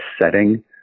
setting